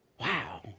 Wow